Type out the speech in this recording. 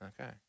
Okay